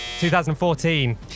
2014